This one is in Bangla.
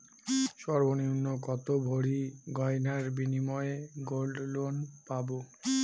সর্বনিম্ন কত ভরি গয়নার বিনিময়ে গোল্ড লোন পাব?